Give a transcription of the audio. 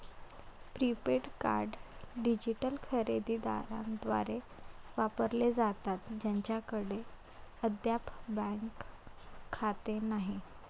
prepaid card digital खरेदी दारांद्वारे वापरले जातात ज्यांच्याकडे अद्याप बँक खाते नाही